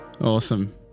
Awesome